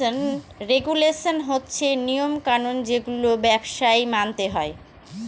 regulation হচ্ছে নিয়ম কানুন যেগুলো ব্যবসায় মানতে হয়